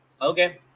Okay